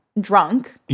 drunk